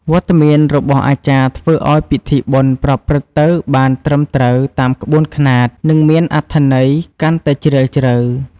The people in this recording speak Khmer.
វត្តមានរបស់អាចារ្យធ្វើឱ្យពិធីបុណ្យប្រព្រឹត្តទៅបានត្រឹមត្រូវតាមក្បួនខ្នាត និងមានអត្ថន័យកាន់តែជ្រាលជ្រៅ។